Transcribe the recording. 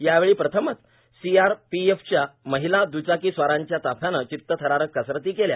यावेळी प्रथमच सीआरपीएफच्या महिला द्रचाकी स्वारांच्या ताफ्यांनं चितथरारक कसरती केल्या